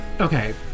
Okay